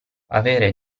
avere